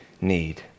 need